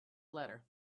letter